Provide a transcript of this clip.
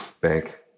bank